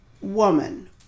woman